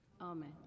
amen